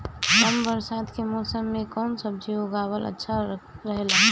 कम बरसात के मौसम में कउन सब्जी उगावल अच्छा रहेला?